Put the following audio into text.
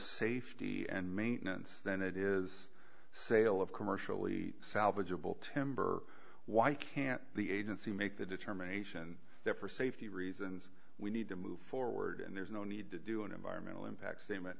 safety and maintenance than it is sale of commercially salvageable temper why can't the agency make the determination that for safety reasons we need to move forward and there's no need to do an environmental impact statement